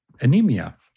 anemia